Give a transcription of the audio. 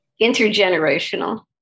intergenerational